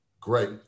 Great